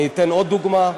אני אתן עוד דוגמה: